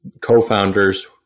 co-founders